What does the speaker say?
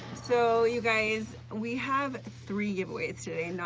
so, you guys, we have three giveaways today,